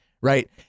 right